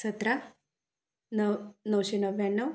सतरा नऊ नऊशे नव्याण्णव